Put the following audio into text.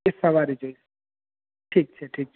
સવારે જોઈશે ઠીક છે ઠીક છે